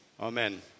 Amen